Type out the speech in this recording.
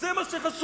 זה מה שחשוב?